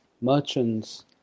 merchants